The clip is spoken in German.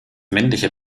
männliche